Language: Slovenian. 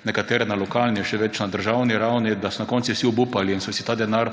Nekatere na lokalni, še več na državni ravni, da so na koncu vsi obupali in so si ta denar